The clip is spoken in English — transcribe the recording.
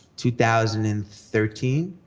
two thousand and thirteen.